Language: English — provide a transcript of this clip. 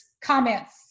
comments